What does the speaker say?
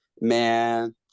Man